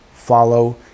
follow